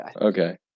okay